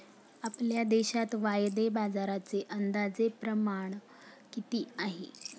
आपल्या देशात वायदे बाजाराचे अंदाजे प्रमाण किती आहे?